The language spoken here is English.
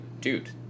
dude